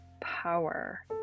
power